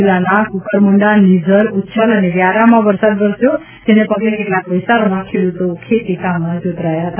જિલ્લાના કુકરમુંડા નિઝર ઉચ્છલ અને વ્યારામાં વરસાદ વરસ્યો હતો જેને પગલે કેટલાક વિસ્તારોમાં ખેડૂતો ખેતી કાર્યમાં જોતરાયા હતા